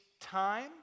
time